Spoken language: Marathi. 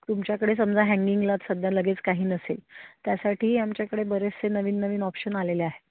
तुमच्याकडे समजा हँगिंगला सध्या लगेच काही नसेल त्यासाठी आमच्याकडे बरेचसे नवीन नवीन ऑप्शन आलेले आहे